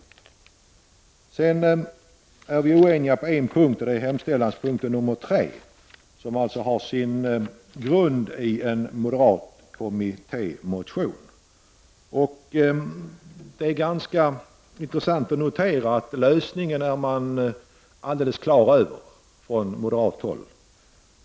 Utskottet är oenigt på en punkt, och det gäller hemställan, punkt nr 3, vilken har sin grund i en moderat kommittémotion. Det är ganska intressant att notera att man från moderat håll är alldeles klar över lösningen.